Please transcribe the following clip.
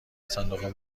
صندوق